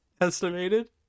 estimated